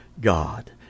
God